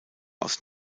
aus